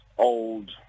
old